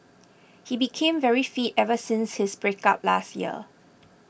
he became very fit ever since his breakup last year